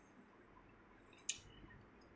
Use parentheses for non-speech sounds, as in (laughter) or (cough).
(noise)